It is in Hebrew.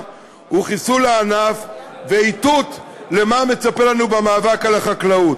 חיסול הענף ואיתות למה שמצפה לנו במאבק על החקלאות.